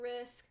risk